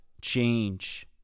change